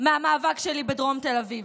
מהמאבק שלי בדרום תל אביב,